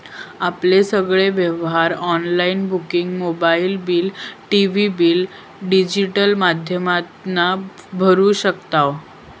आपले सगळे व्यवहार online booking mobile bill, TV bill digital माध्यमातना भरू शकताव